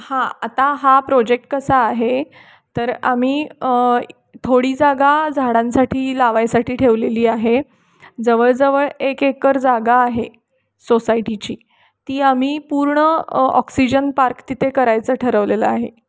हां आता हा प्रोजेक्ट कसा आहे तर आम्ही थोडी जागा झाडांसाठी लावायसाठी ठेवलेली आहे जवळजवळ एक एककर जागा आहे सोसायटीची ती आम्ही पूर्ण ऑक्सिजन पार्क तिथे करायचं ठरवलेलं आहे